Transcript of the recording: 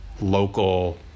local